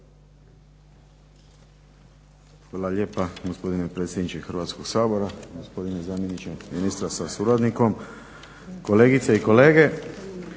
Hvala lijepa gospodine predsjedniče Hrvatskog sabora. Gospodine zamjeniče ministra sa suradnikom, kolegice i kolege.